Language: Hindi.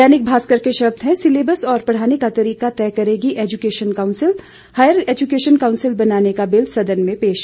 दैनिक भास्कर के शब्द हैं सिलेबस और पढ़ाने का तरीका तय करेगी education council higher education council बनाने का दिल सदन में पेश